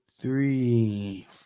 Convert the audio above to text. three